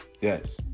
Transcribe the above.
yes